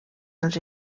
dels